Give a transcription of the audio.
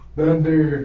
Thunder